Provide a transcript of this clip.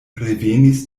revenis